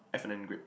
F and N grape